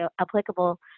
applicable